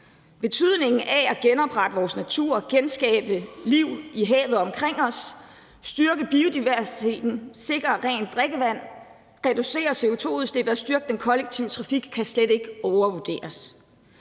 Betydningen af at genoprette vores natur, genskabe liv i havet omkring os, styrke biodiversiteten, sikre rent drikkevand, reducere CO2-udslip og styrke den kollektive transport kan slet ikke overvurderes.